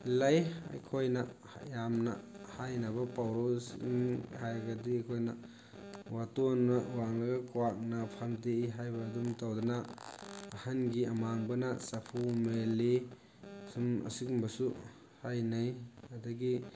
ꯂꯩ ꯑꯩꯈꯣꯏꯅ ꯌꯥꯝꯅ ꯍꯥꯏꯅꯕ ꯄꯥꯎꯔꯧꯁꯤꯡ ꯍꯥꯏꯕꯗꯤ ꯑꯩꯈꯣꯏꯅ ꯋꯥꯇꯣꯟꯅ ꯋꯥꯡꯉꯒ ꯀ꯭ꯋꯥꯛꯅ ꯐꯝꯗꯦꯛꯏ ꯍꯥꯏꯕ ꯑꯗꯨꯝ ꯇꯧꯗꯅ ꯑꯍꯟꯒꯤ ꯑꯃꯥꯡꯕꯅ ꯆꯐꯨ ꯃꯦꯜꯂꯤ ꯑꯁꯤꯒꯨꯝꯕꯁꯨ ꯍꯥꯏꯅꯩ ꯑꯗꯒꯤ